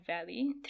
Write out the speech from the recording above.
valley